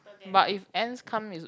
but if ants come is